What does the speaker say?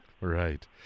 right